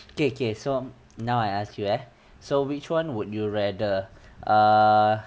okay okay so now I ask you eh so which one would you rather err